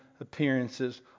appearances